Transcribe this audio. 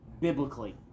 biblically